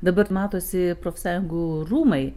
dabar matosi profsąjungų rūmai